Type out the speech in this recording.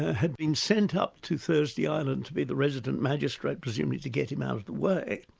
had been sent up to thursday island to be the resident magistrate, presumably to get him out of the way.